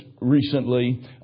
recently